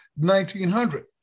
1900